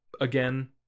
again